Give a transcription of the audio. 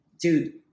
dude